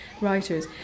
writers